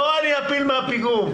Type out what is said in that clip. אותו אני אפיל מהפיגום.